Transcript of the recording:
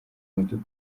w’ubuzima